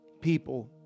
people